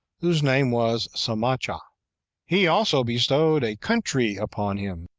whose name was samacha he also bestowed a country upon him,